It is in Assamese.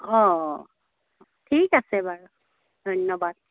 অ ঠিক আছে বাৰু ধন্যবাদ